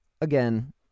again